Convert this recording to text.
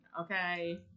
okay